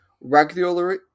regularly